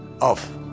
Off